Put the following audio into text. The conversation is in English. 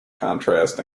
contrast